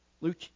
Luke